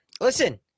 Listen